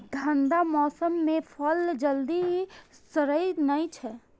ठंढा मौसम मे फल जल्दी सड़ै नै छै